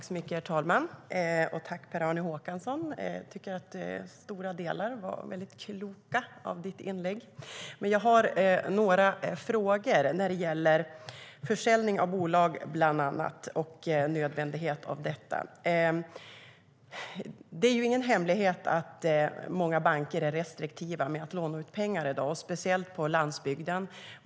Herr talman! Jag tackar Per-Arne Håkansson; jag tycker att stora delar av hans inlägg var kloka. Men jag har några frågor, bland annat när det gäller försäljning av bolag och nödvändigheten av detta. Det är ingen hemlighet att många banker är restriktiva med att låna ut pengar i dag, speciellt på landsbygden.